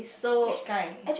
which guy